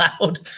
loud